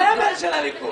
הסמל של הליכוד.